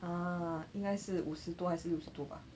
ah 应该是五十多还是六十多吧